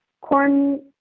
corn